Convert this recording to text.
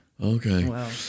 Okay